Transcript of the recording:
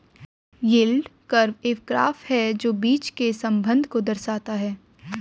yield curve एक graph है जो बीच के संबंध को दर्शाता है